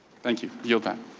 thank you. yield back.